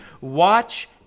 Watch